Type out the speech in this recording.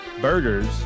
burgers